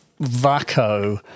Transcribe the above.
VACO